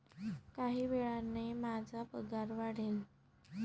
काही वेळाने माझा पगार वाढेल